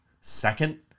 second